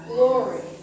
Glory